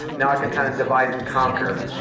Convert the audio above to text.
now i can kind of divide and conquer.